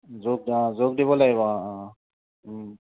জোখ অঁ জোখ দিব লাগিব অঁ অঁ